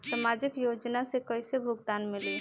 सामाजिक योजना से कइसे भुगतान मिली?